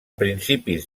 principis